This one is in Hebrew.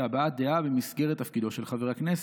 כהבעת דעה במסגרת תפקידו של חבר הכנסת.